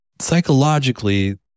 psychologically